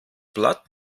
blatt